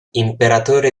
imperatore